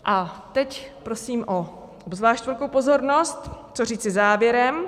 A teď prosím o zvlášť velkou pozornost: Co říci závěrem?